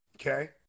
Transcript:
Okay